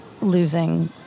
losing